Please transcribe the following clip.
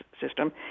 system